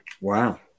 wow